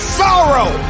sorrow